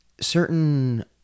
certain